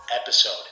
episode